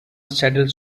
saddle